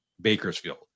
Bakersfield